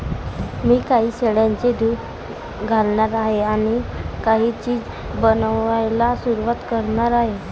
मी काही शेळ्यांचे दूध घालणार आहे आणि काही चीज बनवायला सुरुवात करणार आहे